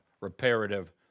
reparative